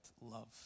love